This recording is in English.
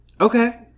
Okay